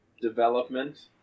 development